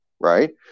right